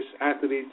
athletes